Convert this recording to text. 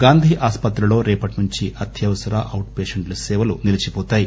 గాంధీ ఆసుపత్రిలో రేపటి నుంచి అత్యవసర ఔట్ పేషెంట్ సేవలు నిలీచిపోతాయి